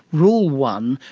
rule one,